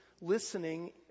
listening